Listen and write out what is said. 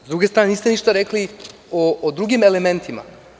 S druge strane niste ništa rekli o drugim elementima.